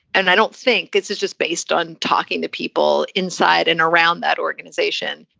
and i don't think it's it's just based on talking to people inside and around that organization.